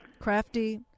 Crafty